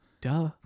Duh